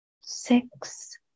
six